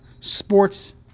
Sports